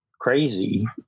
crazy